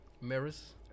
Mirrors